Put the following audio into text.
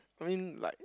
I mean like